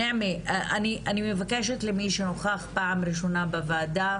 נעמה, אני מבקשת למי שנוכח פעם ראשונה בוועדה,